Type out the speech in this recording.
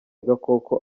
gakoko